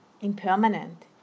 impermanent